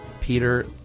Peter